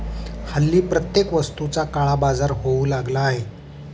हल्ली प्रत्येक वस्तूचा काळाबाजार होऊ लागला आहे